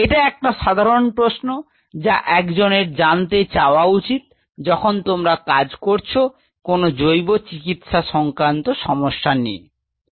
এটা একটা সাধারণ প্রশ্ন যা একজনের জানতে চাওয়া উচিত যখন তোমরা কাজ করছ কোনও জৈবচিকিৎসা সংক্রান্ত সমস্যা নিয়ে ঠিক